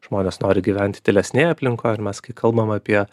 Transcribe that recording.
žmonės nori gyventi tylesnėj aplinkoj mes kai kalbam apie